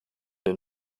den